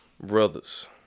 Brothers